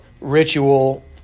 ritual